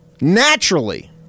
Naturally